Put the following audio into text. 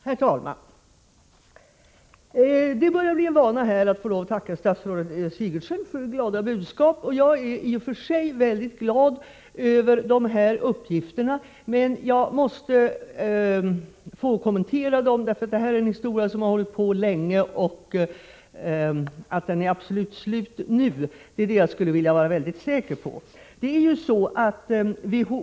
Herr talman! Det börjar bli en vana här att få tacka statsrådet Sigurdsen för glada budskap. Jag är i och för sig väldigt glad över de uppgifter jag fått, men jag måste få kommentera dem. Användning av apor har nämligen pågått länge, och jag skulle vilja vara alldeles säker på att man nu slutar med detta.